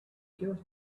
cures